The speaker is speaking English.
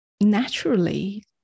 naturally